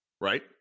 Right